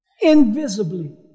invisibly